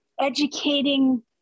educating